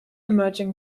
emerging